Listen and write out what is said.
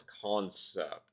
concept